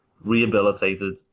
rehabilitated